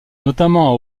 notamment